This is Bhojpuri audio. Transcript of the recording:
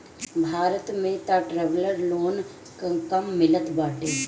भारत में तअ ट्रैवलर लोन कम मिलत बाटे